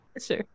Sure